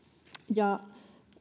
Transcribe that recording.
ja